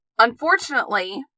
Unfortunately